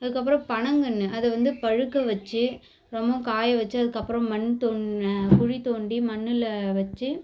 அதுக்கப்புறம் பனங்கன்று அதை வந்து பழுக்க வச்சு ரொம்பவும் காயவச்சு அதுக்கப்புறம் மண் தோண் குழித்தோண்டி மண்ணில் வச்சு